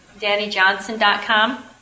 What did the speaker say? DannyJohnson.com